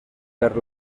per